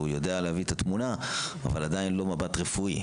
יודע להביא את התמונה - אין לו מבט רפואי.